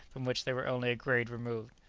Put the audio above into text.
from which they were only a grade removed.